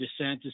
DeSantis